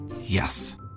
Yes